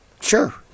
Sure